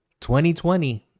2020